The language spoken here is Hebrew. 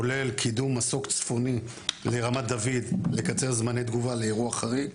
כולל קידום מסוק צפוני לרמת דוד כדי לקצר זמני תגובה לאירוע חריג,